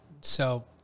So-